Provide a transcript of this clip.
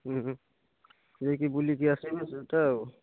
ହୁଁ ହୁଁ ଯାଇକି ବୁଲିକି ଆସିବେ ସେଇଟା ଆଉ